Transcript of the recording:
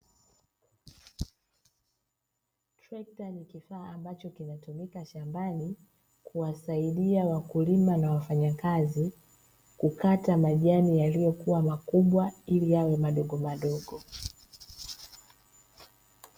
Trekta ni kifaa ambacho kinatumika shambani, kuwaisaidia wakulima na wafanyakazi, kukata majani yaliyokuwa makubwa ili yawe madogo madogo.